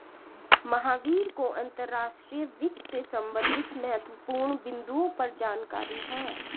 महावीर को अंतर्राष्ट्रीय वित्त से संबंधित महत्वपूर्ण बिन्दुओं पर जानकारी है